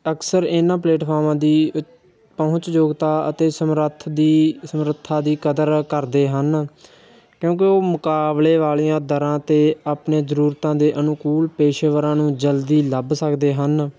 ਅਕਸਰ ਇਹਨਾਂ ਪਲੇਟਫਾਰਮਾਂ ਦੀ ਪਹੁੰਚਯੋਗਤਾ ਅਤੇ ਸਮਰੱਥ ਦੀ ਸਮਰੱਥਾ ਦੀ ਕਦਰ ਕਰਦੇ ਹਨ ਕਿਉਂਕਿ ਉਹ ਮੁਕਾਬਲੇ ਵਾਲੀਆਂ ਦਰਾਂ ਅਤੇ ਆਪਣੇ ਜ਼ਰੂਰਤਾਂ ਦੇ ਅਨੁਕੂਲ ਪੇਸ਼ੇਵਰਾਂ ਨੂੰ ਜਲਦੀ ਲੱਭ ਸਕਦੇ ਹਨ